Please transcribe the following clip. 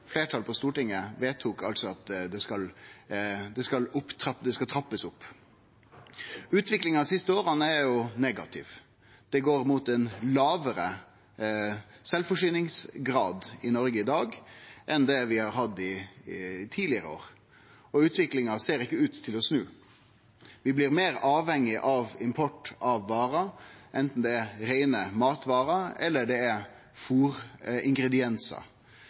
det på nokon måte, at eit reint fleirtal på Stortinget vedtok at ein skal trappe han opp. Utviklinga dei siste åra er negativ. Utviklinga går mot ein lågare sjølvforsyningsgrad i Noreg enn vi har hatt tidlegare år, og ho ser ikkje ut til å snu. Vi blir meir avhengige av import av varer, anten det er reine matvarer eller